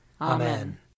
Amen